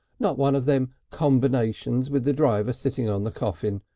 not one of them combinations with the driver sitting on the coffin.